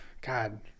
God